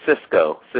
Cisco